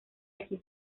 aquí